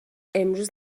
امروز